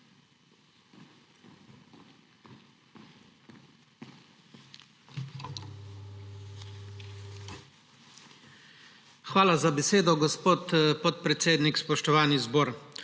Hvala za besedo, gospod podpredsednik. Spoštovani zbor!